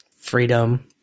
freedom